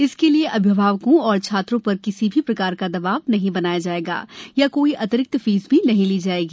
इसके लिये अभिभावकों तथा छात्रों पर किसी भी प्रकार का दबाव नहीं बनाया जाएगा तथा कोई अतिरिक्त फीस भी नहीं ली जाएगी